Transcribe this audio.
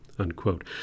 unquote